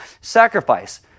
sacrifice